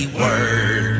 word